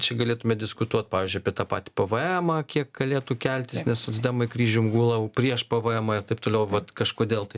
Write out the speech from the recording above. čia galėtume diskutuot pavyzdžiui apie tą patį vėvėemą kiek galėtų keltis nes socdemai kryžium gula jau prieš pėvėemą ir taip toliau vat kažkodėl tai